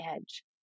edge